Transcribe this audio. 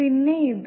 പിന്നെ ഇത്